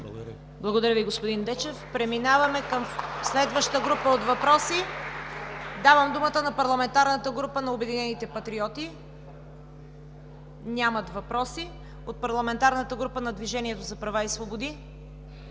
Благодаря, господин Дечев. Преминаваме към следваща група от въпроси. Давам думата на Парламентарната група на Обединените патриоти. Нямат въпроси. От Парламентарната група на Движението за права и свободи